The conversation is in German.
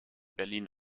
berlin